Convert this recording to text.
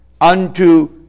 unto